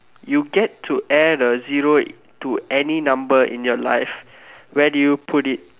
you get to add a zero to any number in your life where do you put it